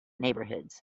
neighborhoods